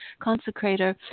Consecrator